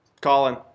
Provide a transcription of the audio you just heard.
Colin